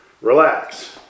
relax